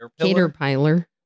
Caterpillar